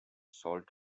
salt